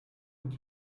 did